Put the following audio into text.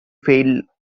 fail